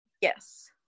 Yes